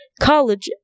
college